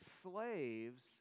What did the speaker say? slaves